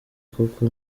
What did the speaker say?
koko